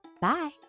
Bye